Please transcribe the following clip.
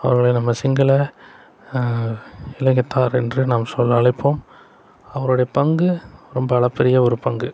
அவர்களை நம்ம சிங்களர் இலங்கைத்தார் என்று நாம் சொல்லி அழைப்போம் அவர்களுடைய பங்கு ரொம்ப அளப்பரிய ஒரு பங்கு